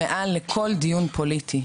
מעל לכל דיון פוליטי.